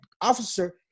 officer